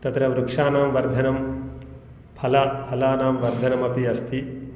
तत्र वृक्षाणां वर्धनं फल फलानां वर्धनम् अपि अस्ति